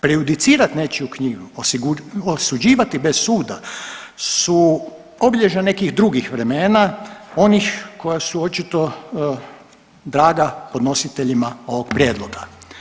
Prejudicirat nečiju knjigu i osuđivati bez suda su obilježja nekih drugih vremena, onih koja su očito draga podnositeljima ovog prijedloga.